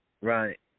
Right